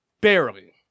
Barely